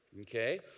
Okay